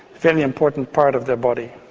very important part of their body.